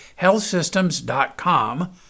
HealthSystems.com